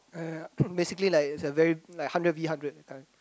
uh basically like it's a very like hundred V hundred